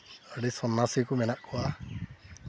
ᱟᱹᱰᱤ ᱥᱚᱱᱱᱟᱥᱤ ᱠᱚ ᱢᱮᱱᱟᱜ ᱠᱚᱣᱟ